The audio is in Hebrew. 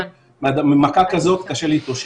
ממכה כזאת קשה להתאושש.